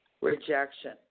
rejection